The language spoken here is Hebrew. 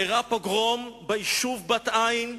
אירע פוגרום ביישוב בת-עין,